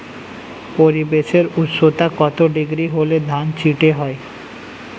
পরিবেশের উষ্ণতা কত ডিগ্রি হলে ধান চিটে হয়?